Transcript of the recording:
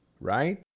right